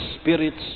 spirits